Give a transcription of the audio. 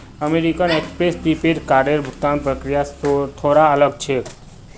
American Express prepaid कार्डेर भुगतान प्रक्रिया थोरा अलग छेक